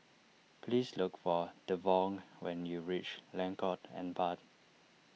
please look for Devaughn when you reach Lengkok Empat